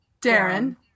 Darren